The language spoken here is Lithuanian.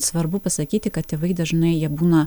svarbu pasakyti kad tėvai dažnai jie būna